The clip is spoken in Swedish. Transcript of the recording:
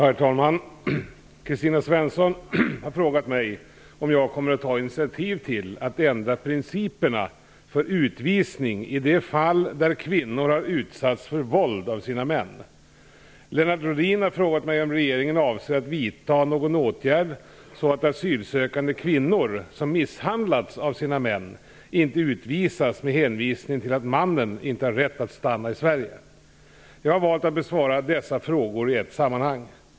Herr talman! Kristina Svensson har frågat mig om jag kommer att ta initiativ till att ändra principerna för utvisning i de fall där kvinnor har utsatts för våld av sina män. Lennart Rohdin har frågat mig om regeringen avser att vidta någon åtgärd så att asylsökande kvinnor som misshandlats av sina män inte utvisas med hänvisning till att mannen inte har rätt att stanna i Sverige. Jag har valt att besvara dessa frågor i ett sammanhang.